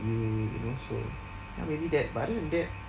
you you know so ya maybe that but other than that